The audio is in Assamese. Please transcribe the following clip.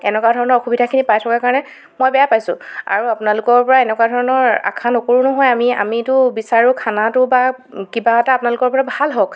এনেকুৱা ধৰণৰ অসুবিধাখিনি পাই থকা কাৰণে মই বেয়া পাইছোঁ আৰু আপোনালোকৰ পৰা এনেকুৱা ধৰণৰ আশা নকৰো নহয় আমি আমিতো বিচাৰো খানাটো বা কিবা এটা আপোনালোকৰ পৰা ভাল হওক